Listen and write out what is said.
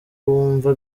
wumva